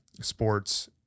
sports